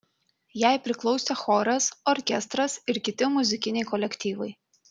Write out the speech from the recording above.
jai priklausė choras orkestras ir kiti muzikiniai kolektyvai